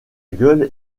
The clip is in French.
gueule